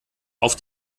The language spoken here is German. auf